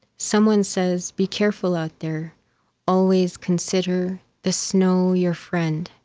someone says be careful out there always consider the snow your friend.